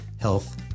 health